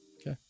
Okay